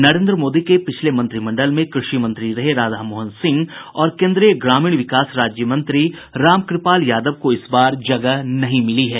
नरेन्द्र मोदी के पिछले मंत्रिमंडल में कृषि मंत्री रहे राधामोहन सिंह और केन्द्रीय ग्रामीण विकास राज्य मंत्री रामकृपाल यादव को इस बार जगह नहीं मिली है